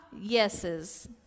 yeses